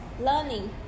learning